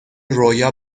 رویا